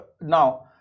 Now